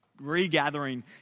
regathering